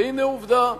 והנה עובדה,